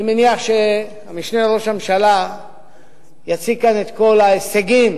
אני מניח שהמשנה לראש הממשלה יציג כאן את כל ההישגים